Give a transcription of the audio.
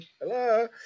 Hello